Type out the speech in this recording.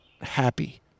happy